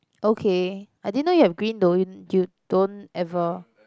okay I didn't know you have green don't you don't ever